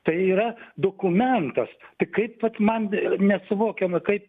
tai yra dokumentas tai kaip vat man nesuvokiama kaip